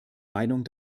meinung